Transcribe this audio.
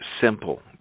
simple